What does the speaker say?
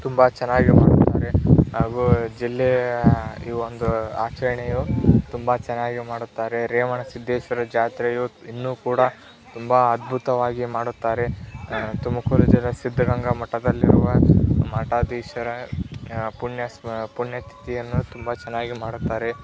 ತುಂಬ ಚೆನ್ನಾಗಿ ಮಾಡುತ್ತಾರೆ ಹಾಗೂ ಜಿಲ್ಲೆಯ ಈ ಒಂದು ಆಚರಣೆಯು ತುಂಬ ಚೆನ್ನಾಗಿ ಮಾಡುತ್ತಾರೆ ರೇವಣ ಸಿದ್ಧೇಶ್ವರ ಜಾತ್ರೆಯು ಇನ್ನೂ ಕೂಡ ತುಂಬ ಅದ್ಭುತವಾಗಿ ಮಾಡುತ್ತಾರೆ ತುಮಕೂರು ಜಿಲ್ಲೆ ಸಿದ್ಧಗಂಗಾ ಮಠದಲ್ಲಿರುವ ಮಠಾಧೀಶರ ಪುಣ್ಯ ಸ್ಮ ಪುಣ್ಯ ತಿಥಿಯನ್ನು ತುಂಬ ಚೆನ್ನಾಗಿ ಮಾಡುತ್ತಾರೆ